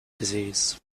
disease